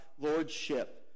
lordship